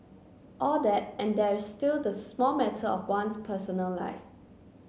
all that and there's still the small matter of one's personal life